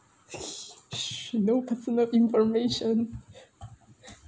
no personal information